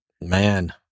Man